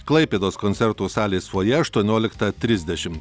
klaipėdos koncertų salės fojė aštuonioliktą trisdešimt